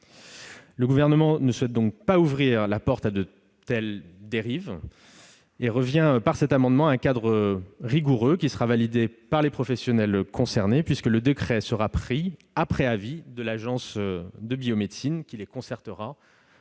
Le Gouvernement ne souhaite pas ouvrir la porte à de telles dérives et revient, par cet amendement, à un cadre rigoureux qui sera validé par les professionnels concernés puisque le décret sera pris après avis de l'Agence de la biomédecine qui les consultera.